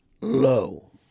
low